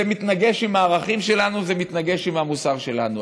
זה מתנגש עם הערכים שלנו, זה מתנגש עם המוסר שלנו.